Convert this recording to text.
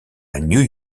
new